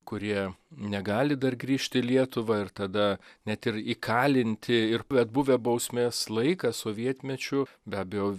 kurie negali dar grįžt į lietuvą ir tada net ir įkalinti ir atbuvę bausmės laiką sovietmečiu be abejo